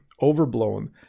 overblown